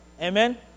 Amen